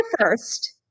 first